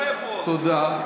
תודה.